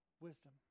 wisdom